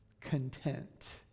content